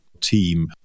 team